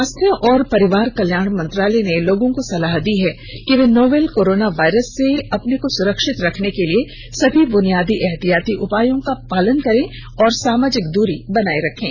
स्वास्थ्य और परिवार कल्याण मंत्रालय ने लोगों को सलाह दी है कि वे नोवल कोरोना वायरस से अपने को सुरक्षित रखने के लिए सभी बुनियादी एहतियाती उपायों का पालन करें और सामाजिक दूरी बनाए रखें